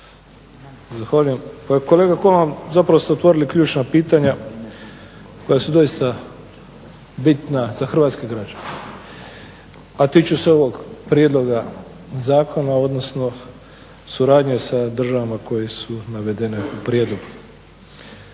Zahvaljujem. Pa kolega Kolman zapravo ste otvorili ključna pitanja koja su doista bitna za hrvatske građane, a tiču se ovog prijedloga zakona odnosno suradnje sa državama koje su navedene u prijedlogu.